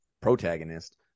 protagonist